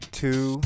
two